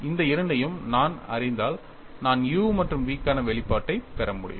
இந்த இரண்டையும் நான் அறிந்தால் நான் u மற்றும் v க்கான வெளிப்பாட்டைப் பெற முடியும்